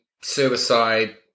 suicide